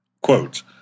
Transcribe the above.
Quote